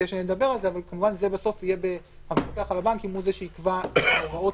אבל כמובן שהמפקח על הבנקים הוא זה שיקבע את ההוראות